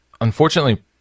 unfortunately